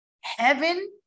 heaven